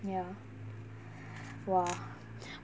ya !wah!